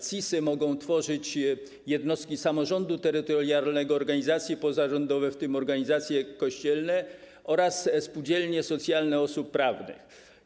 CIS-y mogą tworzyć jednostki samorządu terytorialnego, organizacje pozarządowe, w tym organizacje kościelne, oraz spółdzielnie socjalne osób prawnych,